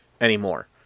anymore